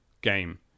game